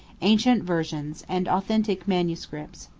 ancient versions, and authentic manuscripts.